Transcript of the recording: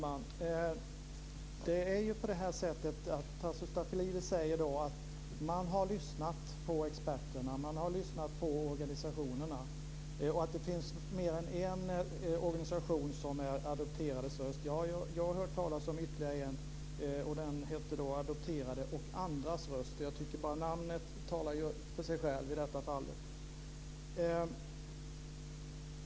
Herr talman! Tasso Stafilidis säger att man har lyssnat på experterna och organisationerna och att det finns mer än en organisation som utgör de adopterades röst. Jag har hört talas om ytterligare en, och den heter Adopterade och andras röst. Jag tycker att bara namnet talar för sig självt i det här fallet.